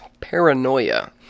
paranoia